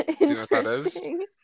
Interesting